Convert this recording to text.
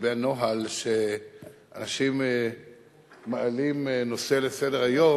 לגבי הנוהל שאנשים מעלים נושא לסדר-היום,